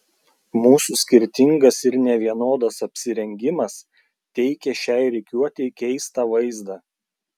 mūsų skirtingas ir nevienodas apsirengimas teikė šiai rikiuotei keistą vaizdą